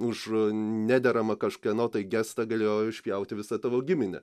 už nederamą kažkieno tai gestą galėjo išpjauti visą tavo giminę